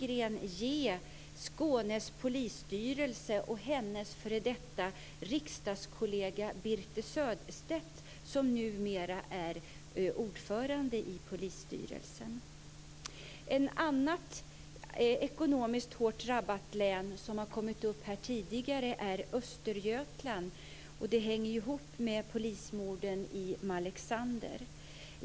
Sörestedt, som numera är ordförande i polisstyrelsen? Ett annat ekonomiskt hårt drabbat län som har tagits upp här tidigare är Östergötland, vilket hänger ihop med polismorden i Malexander.